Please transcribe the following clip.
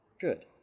good